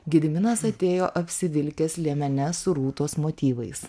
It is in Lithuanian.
gediminas atėjo apsivilkęs liemene su rūtos motyvais